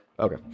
Okay